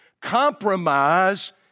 Compromise